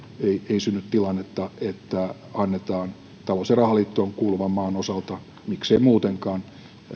ei synny tilannetta että annetaan talous ja rahaliittoon kuuluvan maan osalta miksi muutenkaan